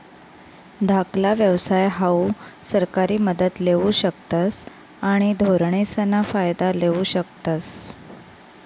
धाकला व्यवसाय हाऊ सरकारी मदत लेवू शकतस आणि धोरणेसना फायदा लेवू शकतस